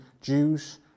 Jews